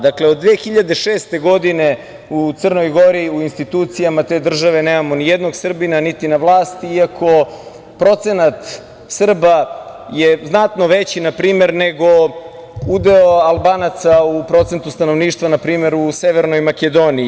Dakle, od 2006. godine u Crnoj Gori, u institucijama te države nemamo nijednog Srbina niti na vlasti, iako procenat Srba je znatno veći npr. nego udeo Albanaca u procentu stanovništva npr. u Severnoj Makedoniji.